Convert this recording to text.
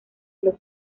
los